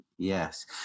Yes